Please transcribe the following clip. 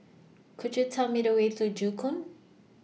Could YOU Tell Me The Way to Joo Koon